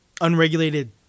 unregulated